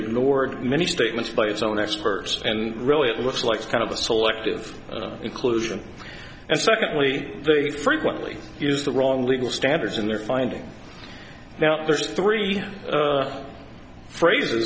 ignored many statements by its own experts and really it looks like the kind of the selective inclusion and secondly very frequently used the wrong legal standards and they're finding now there's three phrases